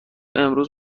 امروز